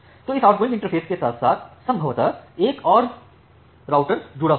तो इस outgoing interface के साथ साथ संभवतः एक और राउटर जुड़ा हुआ हो